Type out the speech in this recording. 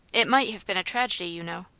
it might have been a tragedy, you know.